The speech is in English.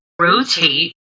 rotate